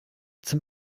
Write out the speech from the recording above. zum